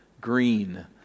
green